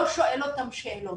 לא שואל אותם שאלות,